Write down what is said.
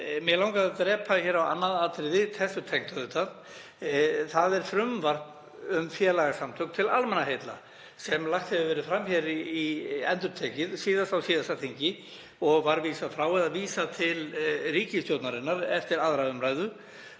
Mig langaði að drepa hér á annað atriði þessu tengt. Það er frumvarp um félagasamtök til almannaheilla sem lagt hefur verið fram endurtekið, síðast á síðasta þingi, og var vísað frá eða vísað til ríkisstjórnarinnar eftir 2. umr.